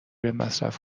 مصرف